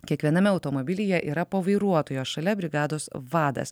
kiekviename automobilyje yra po vairuotoją šalia brigados vadas